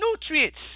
nutrients